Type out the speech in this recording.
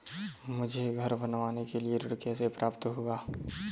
मुझे घर बनवाने के लिए ऋण कैसे प्राप्त होगा?